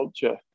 culture